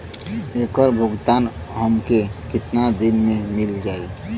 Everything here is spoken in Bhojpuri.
ऐकर भुगतान हमके कितना दिन में मील जाई?